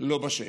לא בשל.